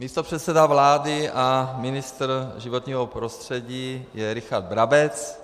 Místopředseda vlády a ministr životního prostředí je Richard Brabec.